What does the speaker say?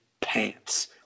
pants